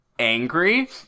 angry